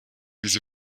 diese